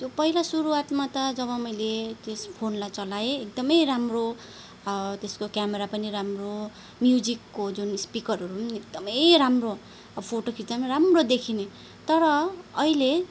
त्यो पहिला सुरुवातमा त जब मैले त्यस फोनलाई चलाएँ एकदमै राम्रो त्यसको क्यामेरा पनि राम्रो म्युजिकको जुन स्पिकरहरू एकदमै राम्रो फोटो खिच्दा पनि राम्रो देखिने तर अहिले